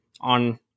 On